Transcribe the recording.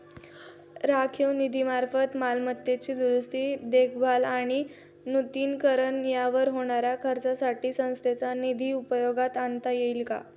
राखीव निधीमार्फत मालमत्तेची दुरुस्ती, देखभाल आणि नूतनीकरण यावर होणाऱ्या खर्चासाठी संस्थेचा निधी उपयोगात आणता येईल का?